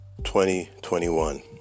2021